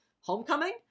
Homecoming